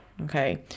okay